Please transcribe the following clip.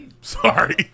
Sorry